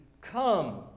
come